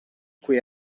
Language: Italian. cui